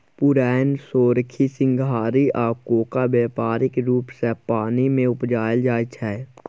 पुरैण, सोरखी, सिंघारि आ कोका बेपारिक रुप सँ पानि मे उपजाएल जाइ छै